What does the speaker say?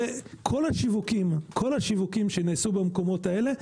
וכל השיווקים שנעשו במקומות האלה,